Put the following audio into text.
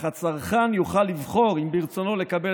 אך הצרכן יוכל לבחור אם ברצונו לקבל